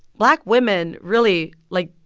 black women really like,